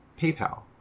PayPal